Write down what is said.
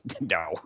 no